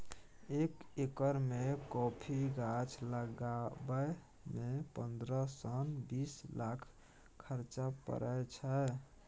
एक एकर मे कॉफी गाछ लगाबय मे पंद्रह सँ बीस लाखक खरचा परय छै